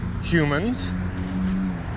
humans